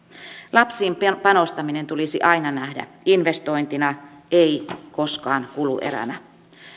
lapsiin panostaminen tulisi aina nähdä investointina ei koskaan kulueränä